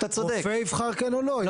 והרופא יבחר כן או לא.